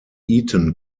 eton